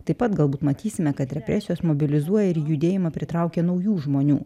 taip pat galbūt matysime kad represijos mobilizuoja ir judėjimą pritraukia naujų žmonių